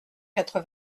quatre